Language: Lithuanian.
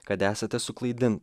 kad esate suklaidint